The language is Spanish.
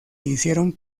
hicieron